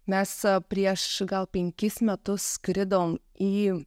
mes prieš gal penkis metus skridom į